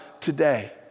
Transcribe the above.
today